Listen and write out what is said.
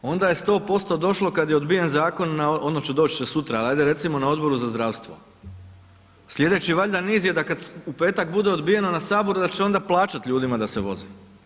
Onda je 100% kad je došlo kad je odbijen zakon, odnosno doći će sutra ali ajde recimo na Odboru za zdravstvo, slijedeći valjda niz je da kad u petak bude odbijen na Saboru da će onda plaćati ljudima da se voze.